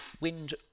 Wind